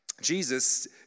Jesus